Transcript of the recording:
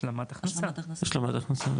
השלמת הכנסה.